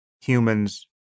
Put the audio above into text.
humans